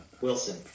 Wilson